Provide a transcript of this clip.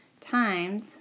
times